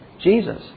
Jesus